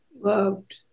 Loved